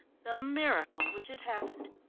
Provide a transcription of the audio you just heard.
the miracle which had happened.